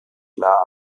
klar